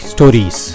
Stories